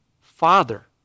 Father